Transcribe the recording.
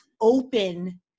open